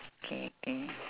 okay okay